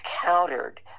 countered